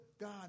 God